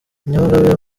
nyamagabe